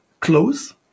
close